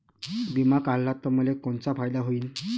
बिमा काढला त मले कोनचा फायदा होईन?